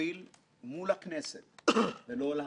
המשמעותית לא תמיד יודעים עד כמה היא משמעותית במליאה,